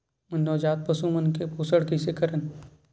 नवजात पशु मन के पोषण कइसे करन?